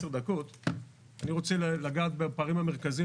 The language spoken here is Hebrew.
אני רוצה לגעת בפערים המרכזיים